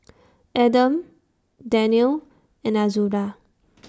Adam Daniel and Azura